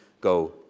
go